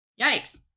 yikes